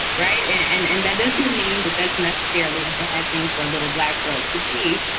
right. and and that doesn't mean that that's necessarily have been, i think, or a little black girl to be.